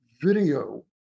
video